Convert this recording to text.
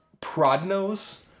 Prodnos